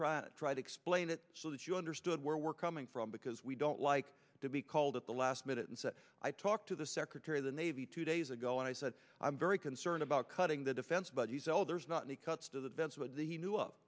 to try to explain it so that you understood where we're coming from because we don't like to be called at the last minute and say i talked to the secretary of the navy two days ago and i said i'm very concerned about cutting the defense but you sell there's not any cuts to the